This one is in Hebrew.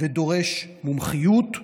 ודורש מומחיות,